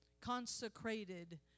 consecrated